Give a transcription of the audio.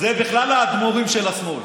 זה בכלל האדמו"רים של השמאל.